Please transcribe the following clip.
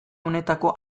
honetako